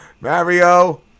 Mario